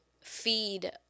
feed